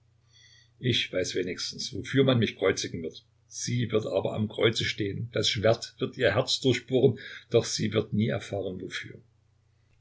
ich weiß wenigstens wofür man mich kreuzigen wird sie wird aber am kreuze stehen das schwert wird ihr herz durchbohren doch sie wird nie erfahren